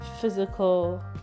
physical